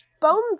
Bones